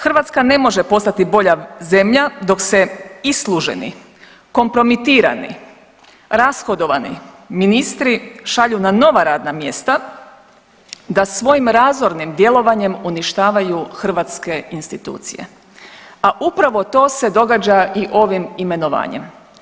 Hrvatska ne može postati bolja zemlja dok se isluženi, kompromitirani, rashodovani ministri šalju na nova radna mjesta da svojim razornim djelovanjem uništavaju hrvatske institucije, a upravo to se događa i ovim imenovanjem.